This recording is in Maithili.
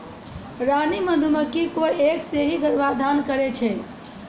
रानी मधुमक्खी कोय एक सें ही गर्भाधान करै छै